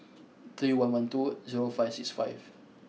three one one two zero five six five